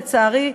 לצערי,